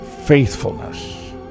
faithfulness